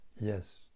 Yes